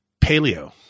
Paleo